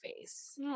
face